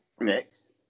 Next